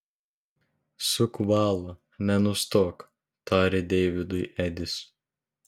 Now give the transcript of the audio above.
suk valą nenustok tarė deividui edis